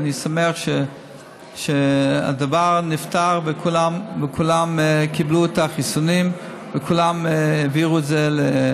אני שמח שהדבר נפתר וכולם קיבלו את החיסונים וכולם עברו את זה,